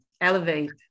elevate